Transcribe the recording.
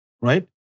right